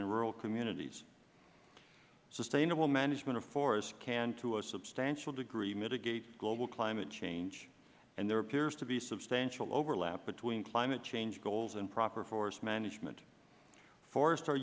and rural communities sustainable management of forests can to a substantial degree mitigate global climate change and there appears to be substantial overlap between climate change goals and proper forest management forests are